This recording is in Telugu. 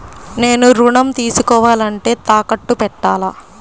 నేను ఋణం తీసుకోవాలంటే తాకట్టు పెట్టాలా?